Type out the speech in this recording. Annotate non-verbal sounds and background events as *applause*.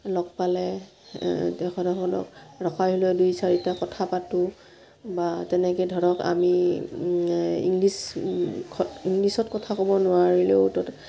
লগ পালে *unintelligible* ৰখাই লৈ দুই চাৰিটা কথা পাতোঁ বা তেনেকে ধৰক আমি ইংলিছ ইংলিছত কথা ক'ব নোৱাৰিলেও ত